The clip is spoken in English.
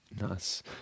Nice